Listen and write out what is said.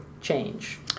change